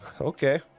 Okay